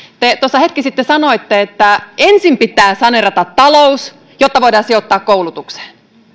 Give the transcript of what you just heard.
te tuossa hetki sitten sanoitte että ensin pitää saneerata talous jotta voidaan sijoittaa koulutukseen